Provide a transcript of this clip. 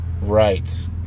Right